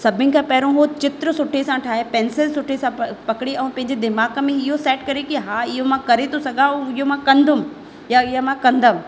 सभिनि खां पहिरियों हो चित्र सुठे सां ठाहे पेंसिल सुठे सां पकिड़े ऐं पंहिंजे दिमाग़ में इहो सेट करे की हा इहो मां करे थो सघां ऐं इहो मां कंदुमि या इहा मां कंदमि